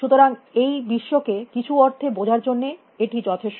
সুতরাং এই বিশ্ব কে কিছু অর্থে বোঝার জন্য এটি যথেষ্ট